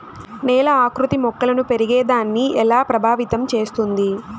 నేల ఆకృతి మొక్కలు పెరిగేదాన్ని ఎలా ప్రభావితం చేస్తుంది?